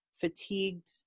fatigued